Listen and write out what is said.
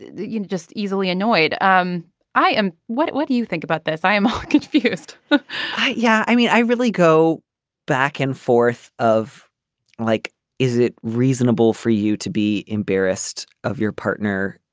you know just easily annoyed. um i am. what what do you think about this i am ah confused yeah i mean i really go back and forth of like is it reasonable for you to be embarrassed of your partner.